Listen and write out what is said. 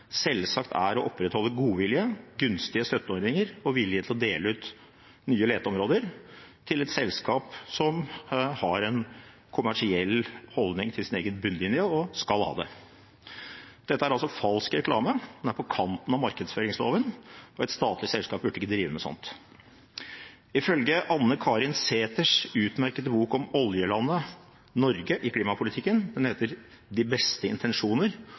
selvsagt er å opprettholde godvilje, gunstige støtteordninger og vilje til å dele ut nye leteområder til et selskap som har en kommersiell holdning til egen bunnlinje – og som skal ha det. Dette er altså falsk reklame, den er på kanten av markedsføringsloven, og et statlig selskap burde ikke drive med sånt. Ifølge Anne Karin Sæthers utmerkede bok om oljelandet, Norge i klimapolitikken – den heter De beste intensjoner